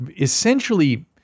essentially